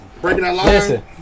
Listen